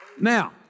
Now